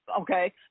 okay